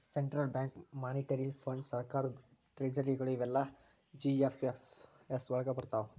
central bank, monetary ಫಂಡ್.ಸರ್ಕಾರದ್ ಟ್ರೆಜರಿಗಳು ಇವೆಲ್ಲಾ ಜಿ.ಎಫ್.ಎಸ್ ವಳಗ್ ಬರ್ರ್ತಾವ